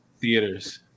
theaters